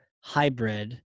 hybrid